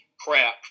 crap